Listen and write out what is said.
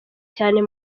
cyane